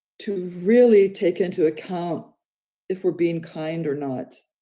to really take into account if we're being kind or not.